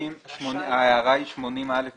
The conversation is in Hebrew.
ההערה היא ל-80(א),